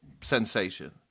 sensation